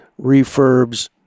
refurbs